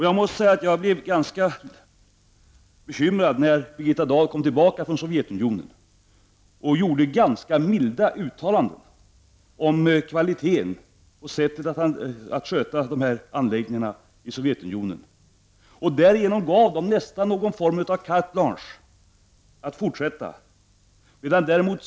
Jag måste säga att jag blev ganska bekymrad när Birgitta Dahl, då hon kom tillbaka från Sovjetunionen, gjorde ganska milda uttalanden om kvaliteten på dessa anläggningar i Sovjetunionen och sättet att sköta dem. Därigenom gav hon dem nästan en form av carte blanche att fortsätta.